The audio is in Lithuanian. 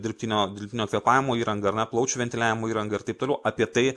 dirbtinio dirbtinio kvėpavimo įrangą ar ne plaučių ventiliavimo įrangą ir taip toliau apie tai